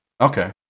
Okay